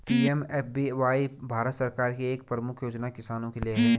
PMFBY Bharat सरकार की एक प्रमुख योजना किसानों के लिए है